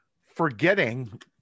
forgetting